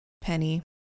Penny